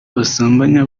basambanya